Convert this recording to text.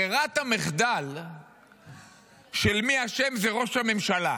ברירת המחדל של מי שאשם היא ראש הממשלה.